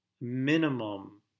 minimum